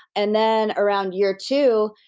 and then around year two,